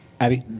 Abby